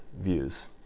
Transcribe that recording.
views